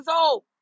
old